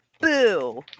Boo